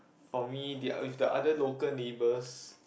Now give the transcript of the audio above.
for me the with the other local neighbors